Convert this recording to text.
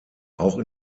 auch